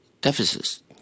deficits